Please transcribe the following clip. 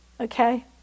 okay